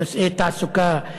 בנושאי תעסוקה,